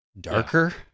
darker